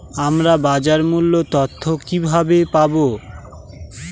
আমরা বাজার মূল্য তথ্য কিবাবে পাবো?